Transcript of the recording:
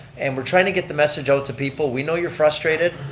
and we're trying to get the message out to people, we know you're frustrated,